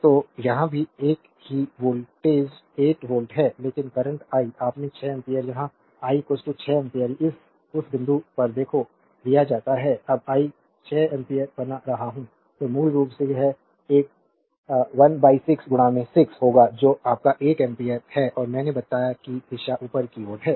तो यहां भी एक ही वोल्टेज 8 वोल्ट है लेकिन करंट आई अपने 6 एम्पीयर यहाँ आई 6 एम्पीयर उस बिंदु पर देखो दिया जाता है जब आई 6 एम्पीयर बना रहा हूँ तो मूल रूप से यह एक 16 6 होगा जो आपका 1 एम्पीयर है और मैंने बताया कि दिशा ऊपर की ओर है